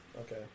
okay